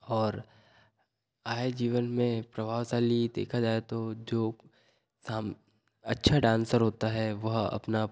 और आए जीवन में प्रभावशाली देखा जाए तो जो साम अच्छा डांसर होता है वह अपना